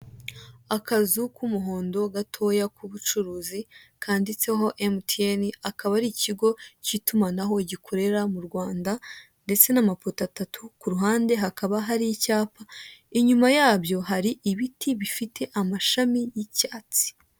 Akazu k'umuhondo gatoya k'ubucuruzi kanditseho mtn, akaba ari ikigo cy'itumanaho gikorera mu Rwanda ndetse n'amapoto atatu, ku ruhande hakaba hari ibyapa, inyuma yabyo hakaba hari ibiti bifite amashami y'icyatsi.